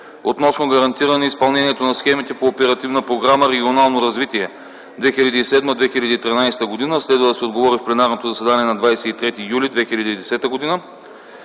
относно гарантиране изпълнението на схемите по Оперативна програма „Регионално развитие” (2007-2013 г.). Следва да се отговори в пленарното заседание на 23 юли 2010 г.;